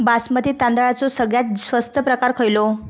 बासमती तांदळाचो सगळ्यात स्वस्त प्रकार खयलो?